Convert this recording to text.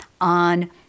on